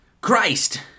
Christ